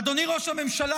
אדוני ראש הממשלה,